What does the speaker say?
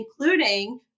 including